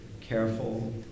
careful